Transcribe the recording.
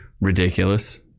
ridiculous